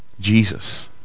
Jesus